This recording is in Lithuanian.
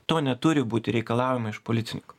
to neturi būti reikalaujama iš policininko